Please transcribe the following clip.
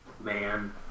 man